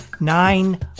nine